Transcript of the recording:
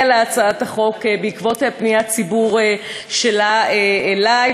להצעת החוק בעקבות פניית ציבור שלה אלי,